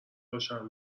باشن